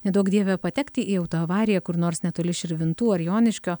neduok dieve patekti į autoavariją kur nors netoli širvintų ar joniškio